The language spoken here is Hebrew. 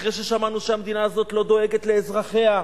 אחרי ששמענו שהמדינה הזאת לא דואגת לאזרחיה,